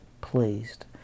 pleased